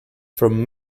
from